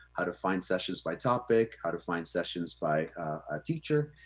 how to find sessions by topic, how to find sessions by a teacher.